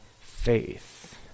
faith